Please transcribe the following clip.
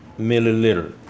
milliliter